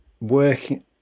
working